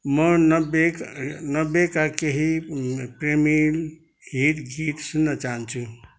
म नब्बे नब्बेका केही प्रेमिल हिट गीत सुन्न चाहन्छु